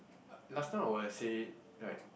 uh last time I would have say like